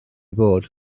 bod